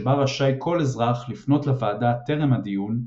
שבה רשאי כל אזרח לפנות לוועדה טרם הדיון,